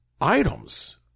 items